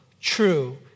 true